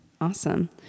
Awesome